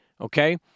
Okay